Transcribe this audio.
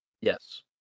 Yes